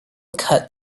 cut